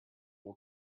will